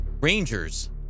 Rangers